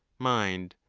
mind,